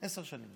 עשר שנים